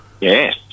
Yes